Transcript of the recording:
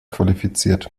qualifiziert